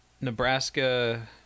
Nebraska